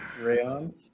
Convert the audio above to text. Rayon